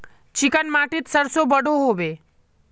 Chicken माटित सरसों बढ़ो होबे?